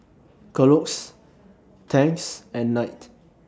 Kellogg's Tangs and Knight